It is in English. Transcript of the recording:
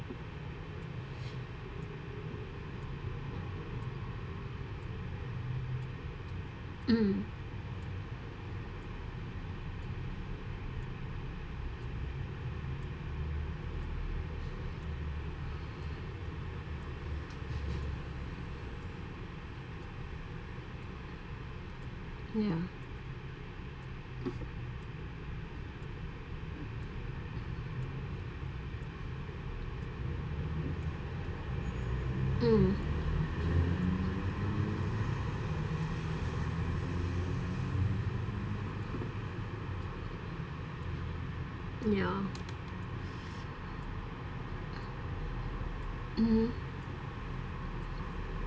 mm ya mm ya mmhmm